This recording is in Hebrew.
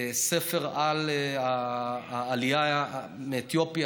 ספר על העלייה מאתיופיה,